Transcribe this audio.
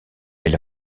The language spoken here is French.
mais